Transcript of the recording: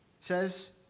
says